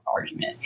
argument